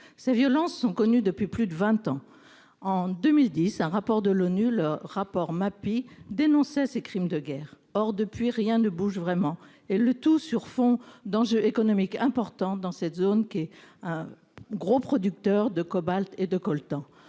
ces violences sont connues depuis plus de 20 ans en 2010 un rapport de l'ONU, le rapport Mappy dénonçait ces crimes de guerre, or depuis, rien ne bouge vraiment, et le tout sur fond d'enjeux économiques importants dans cette zone qui est un gros producteur de cobalt et de coltan